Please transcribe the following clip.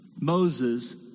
moses